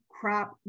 crop